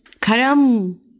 Karam